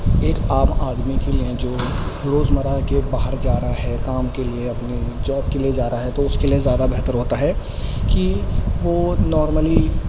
ایک عام آدمی کے لیے جو روزمرہ کے باہر جا رہا ہے کام کے لیے اپنے جاب کے لیے جا رہا ہے تو اس کے لیے زیادہ بہتر ہوتا ہے کہ وہ نارملی